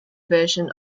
version